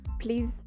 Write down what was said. please